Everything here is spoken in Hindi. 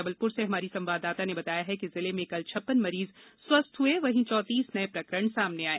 जबलपुर से हमारी संवाददाता ने बताया है कि जिले में कल छप्पन मरीज स्वस्थ हुए वहीं चौतीस नये प्रकरण सामने आये